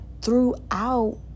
throughout